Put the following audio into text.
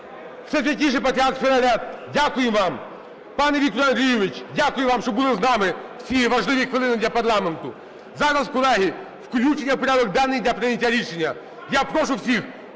Всесвятійший Патріарх Філарет, дякуємо вам! Пане Віктор Андрійович, дякуємо вам, що були з нами в ці важливі хвилини для парламенту. Зараз, колеги, включення в порядок денний для прийняття рішення. Я прошу всіх